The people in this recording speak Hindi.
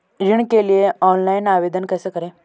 ऋण के लिए ऑनलाइन आवेदन कैसे करें?